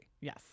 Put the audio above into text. Yes